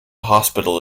hospital